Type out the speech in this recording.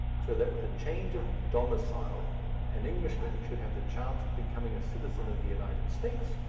so that with a change of domicile an englishman should have the chance of becoming a citizen of the united states,